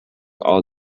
all